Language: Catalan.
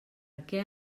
què